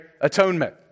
atonement